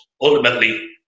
ultimately